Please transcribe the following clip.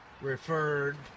referred